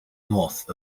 north